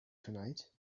tonight